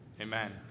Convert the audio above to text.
Amen